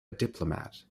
diplomat